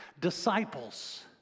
disciples